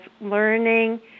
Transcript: learning